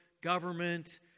government